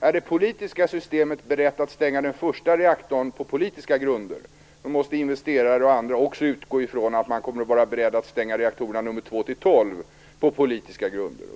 Är det politiska systemet berett att stänga den första reaktorn på politiska grunder måste investerare och andra också utgå ifrån att man kommer att vara beredd att stänga reaktorerna nr 2-12 på politiska grunder.